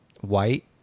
white